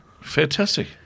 Fantastic